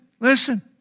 Listen